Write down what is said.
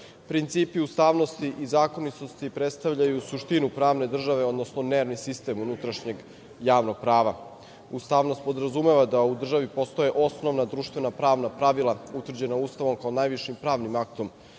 sudova. Principi ustavnosti i zakonitosti predstavljaju suštinu pravne države, odnosno nervni sistem unutrašnjeg javnog prava. Ustavnost podrazumeva da u državi postoje osnovna društvena pravna pravila utvrđena Ustavom kao najviši pravnim aktom